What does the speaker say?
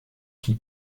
qui